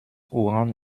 uran